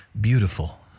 beautiful